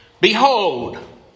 Behold